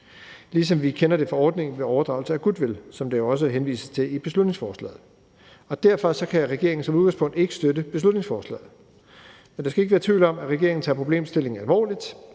ligesom vi kender det fra ordningen ved overdragelse af goodwill, som der jo også henvises til i beslutningsforslaget. Derfor kan regeringen som udgangspunkt ikke støtte beslutningsforslaget. Der skal ikke være tvivl om, at regeringen tager problemstillingen alvorligt,